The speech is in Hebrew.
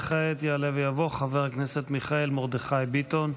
וכעת יעלה ויבוא חבר הכנסת מיכאל מרדכי ביטון.